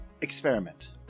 experiment